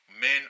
men